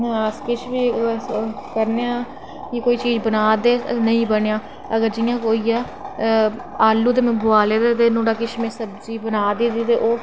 किश बी करने आं की कोई चीज़ बनादे नेईं बनेआ अगर जियां होइया आलू ते में बोआले दे हे नुहाड़ा में किश सब्ज़ी बनादी ही ते ओह्